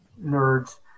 nerds